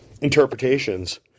interpretations